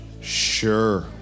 Sure